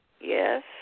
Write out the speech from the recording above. Yes